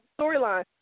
storyline